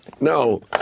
No